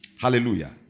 Hallelujah